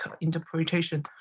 interpretation